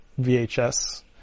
VHS